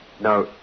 Now